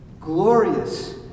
glorious